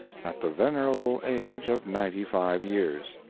at the venerable age of ninety five years.